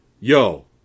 Yo